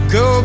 go